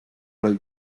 l’œil